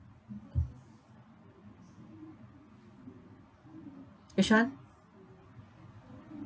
which one